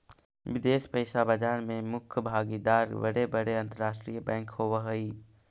विदेश पइसा बाजार में मुख्य भागीदार बड़े बड़े अंतरराष्ट्रीय बैंक होवऽ हई